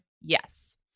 Yes